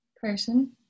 person